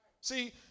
See